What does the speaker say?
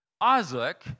Isaac